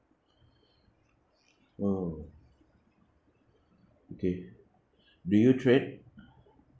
!wow! okay do your trade